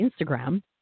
Instagram